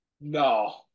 No